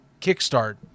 kickstart